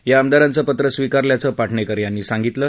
या आमदारांचं पत्र स्वीकारल्याचं पाटणेकर यांनी सांगितलं